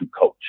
coach